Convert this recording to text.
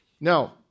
Now